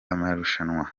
amarushanwa